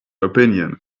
opinion